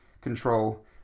control